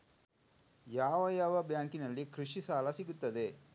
ಯಾವ ಯಾವ ಬ್ಯಾಂಕಿನಲ್ಲಿ ಕೃಷಿ ಸಾಲ ಸಿಗುತ್ತದೆ?